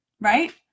right